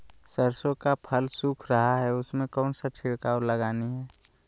सरसो का फल सुख रहा है उसमें कौन सा छिड़काव लगानी है?